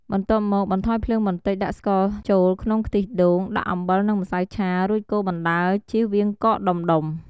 បន្ទាប់មក បន្ថយភ្លើងបន្តិច ដាក់ស្ករចូលក្នុងខ្ទិះដូង ដាក់អំបិលនិងម្សៅឆា រួចកូរបណ្តើរជៀសវាងកកដុំៗ។